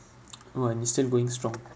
!wah! and it's still going strong